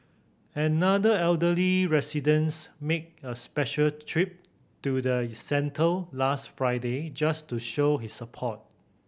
another elderly residence made a special trip to the centre last Friday just to show his support